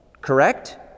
Correct